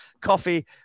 coffee